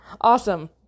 Awesome